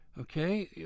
Okay